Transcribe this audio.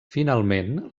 finalment